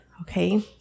Okay